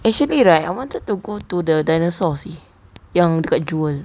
actually right I wanted to go to the dinosaurs seh yang dekat jewel